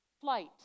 flight